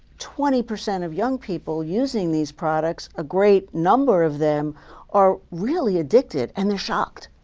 twenty percent of young people using these products, a great number of them are really addicted. and they're shocked.